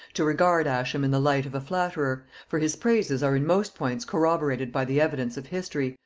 to regard ascham in the light of a flatterer for his praises are in most points corroborated by the evidence of history,